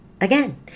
again